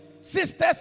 sisters